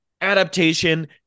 Adaptation